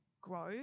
grow